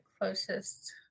closest